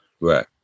Right